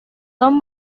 tom